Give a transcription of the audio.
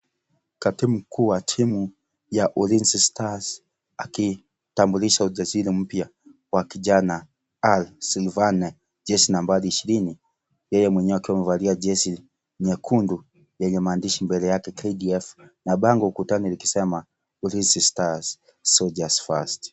Katibu mkuu wa timu ya Ulinzi stars akitambulisha usajili mpya wa kijana R. Slyvane jezi nambari ishirini ,yeye mwenyewe akiwa amevalia jezi nyekundu yenye maandishi mbele yake KDF na bango ukutani likisema Ulinzi stars solders first .